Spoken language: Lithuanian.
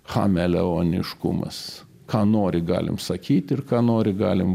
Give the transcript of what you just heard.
chameleoniškumas ką nori galim sakyt ir ką nori galim